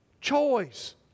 choice